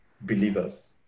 believers